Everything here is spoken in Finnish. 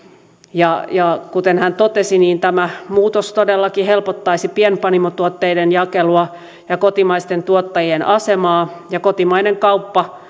ja ja kuten hän totesi tämä muutos todellakin helpottaisi pienpanimotuotteiden jakelua ja kotimaisten tuottajien asemaa ja kotimainen kauppa